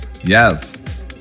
Yes